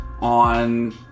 on